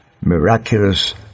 miraculous